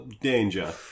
danger